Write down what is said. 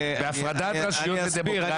בהפרדת רשויות בדמוקרטיה --- אני אסביר.